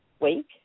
week